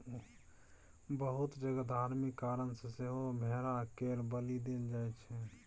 बहुत जगह धार्मिक कारण सँ सेहो भेड़ा केर बलि देल जाइ छै